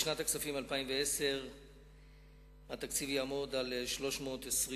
בשנת הכספים 2010 התקציב יעמוד על 325,287,959